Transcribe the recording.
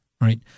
right